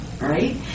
right